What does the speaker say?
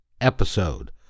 episode